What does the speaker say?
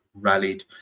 rallied